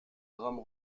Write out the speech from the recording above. drames